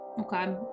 Okay